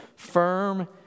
Firm